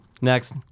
Next